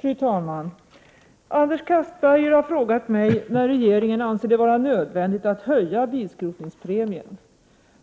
Fru talman! Anders Castberger har frågat mig när regeringen anser det vara nödvändigt att höja bilskrotningspremien.